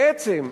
בעצם,